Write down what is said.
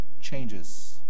changes